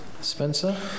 Spencer